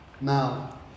Now